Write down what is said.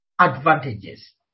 advantages